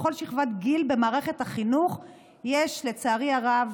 בכל שכבת גיל במערכת החינוך יש לצערי הרב